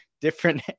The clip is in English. different